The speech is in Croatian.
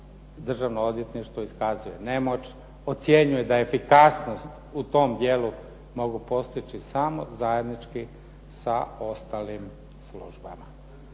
Državno odvjetništvo iskazuje nemoć, ocjenjuje da efikasnost u tom dijelu mogu postići samo zajednički sa ostalim službama.